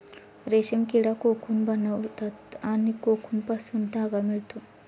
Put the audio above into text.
रेशीम किडा कोकून बनवतात आणि कोकूनपासून धागा मिळतो